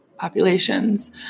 Populations